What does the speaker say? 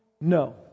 No